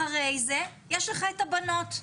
אחרי זה יש לך את הבנות,